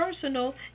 personal